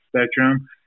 spectrum